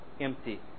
empty